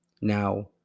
Now